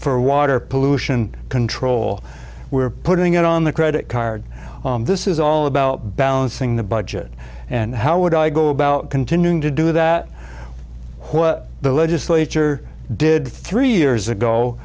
for water pollution control we're putting it on the credit card this is all about balancing the budget and how would i go about continuing to do that what the legislature did three years ago